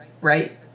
right